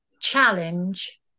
challenge